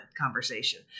conversation